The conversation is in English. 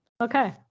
okay